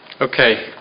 okay